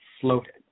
floated